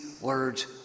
words